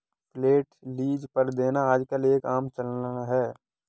flat lease पर देना आजकल एक आम चलन है